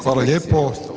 Hvala lijepo.